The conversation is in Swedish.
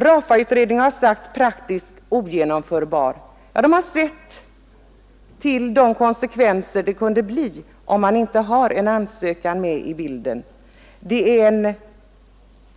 RAFA-utredningen har sagt: En omläggning är praktiskt ogenomförbar. Utredningen har sett till de konsekvenser som skulle bli följden om man inte har en ansökan med i bilden. Det är en